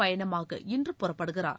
பயணமாக இன்றுபுறப்படுகிறார்